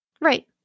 Right